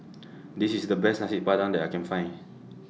This IS The Best Nasi Padang that I Can Find